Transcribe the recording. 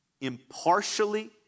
impartially